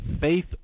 faith